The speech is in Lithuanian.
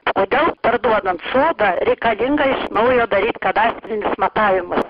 kodėl parduodant sodą reikalinga iš naujo daryt kadastrinius matavimus